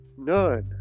None